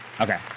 Okay